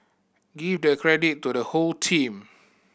give the credit to the whole team